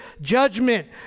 judgment